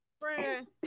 Friend